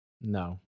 no